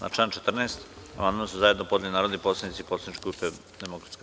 Na član 14. amandman su zajedno podneli narodni poslanici poslaničke grupe DS.